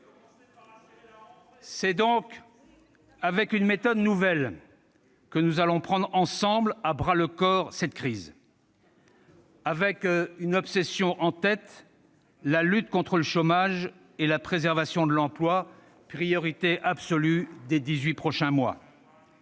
C'est donc avec une méthode nouvelle que nous allons prendre ensemble à bras-le-corps cette crise, avec une obsession en tête : la lutte contre le chômage et la préservation de l'emploi, priorité absolue des dix-huit prochains mois.